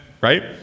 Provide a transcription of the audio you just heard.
Right